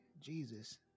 Jesus